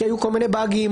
שהיו כל מיני באגים,